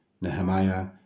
Nehemiah